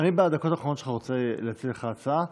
אני בדקות האחרונות שלך רוצה להציע לך הצעה,